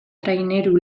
traineru